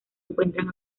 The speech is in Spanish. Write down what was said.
encuentran